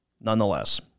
Nonetheless